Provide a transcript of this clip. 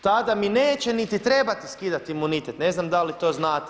Tada mi neće niti trebati skidati imunitet, ne znam da li to znate.